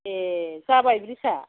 ए जाबाय ब्रिद्जआ